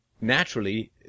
naturally